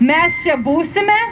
mes čia būsime